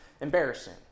embarrassing